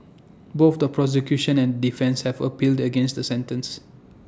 both the prosecution and defence have appealed against the sentence